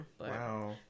Wow